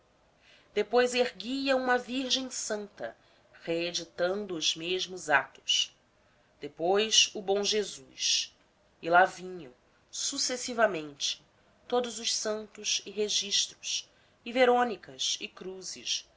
depois erguia uma virgem santa reeditando os mesmos atos depois o bom jesus e lá vinham sucessivamente todos os santos e registros e verônicas e cruzes